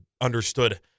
understood